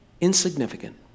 Insignificant